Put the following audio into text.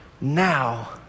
now